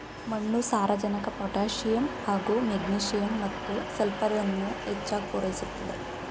ಮಣ್ಣು ಸಾರಜನಕ ಪೊಟ್ಯಾಸಿಯಮ್ ಹಾಗೂ ಮೆಗ್ನೀಸಿಯಮ್ ಮತ್ತು ಸಲ್ಫರನ್ನು ಹೆಚ್ಚಾಗ್ ಪೂರೈಸುತ್ತೆ